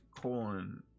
colon